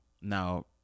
Now